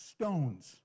stones